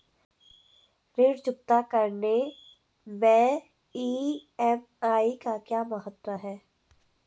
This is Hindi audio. ऋण चुकता करने मैं ई.एम.आई का क्या महत्व है?